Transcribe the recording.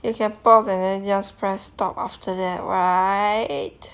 you can pause and then just press stop after that right